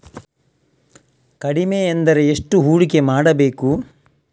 ಕಡಿಮೆ ಎಂದರೆ ಎಷ್ಟು ಹೂಡಿಕೆ ಮಾಡಬೇಕು?